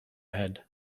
head